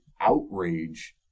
outrage